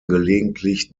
gelegentlich